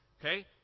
okay